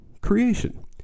creation